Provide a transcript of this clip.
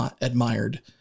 admired